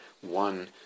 one